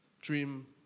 dream